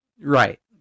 Right